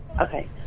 Okay